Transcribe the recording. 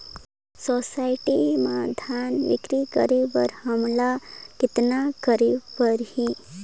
Society म धान बिक्री करे बर हमला कतना करे परही?